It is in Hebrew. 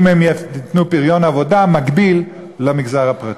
אם הם ייתנו פריון עבודה מקביל למגזר הפרטי.